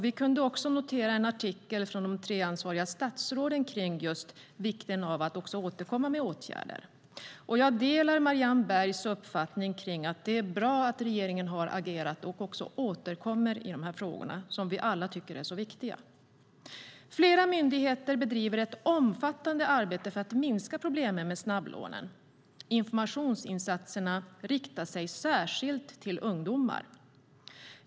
Vi kunde även notera en artikel från de tre ansvariga statsråden kring vikten av att återkomma med förslag till åtgärder. Jag delar Marianne Bergs uppfattning att det är bra att regeringen har agerat och återkommer i dessa frågor, som vi alla tycker är viktiga. Flera myndigheter bedriver ett omfattande arbete för att minska problemen med snabblånen. Informationsinsatserna riktar sig särskilt till ungdomar.